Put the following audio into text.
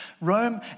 Rome